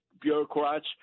bureaucrats